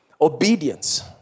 Obedience